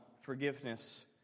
forgiveness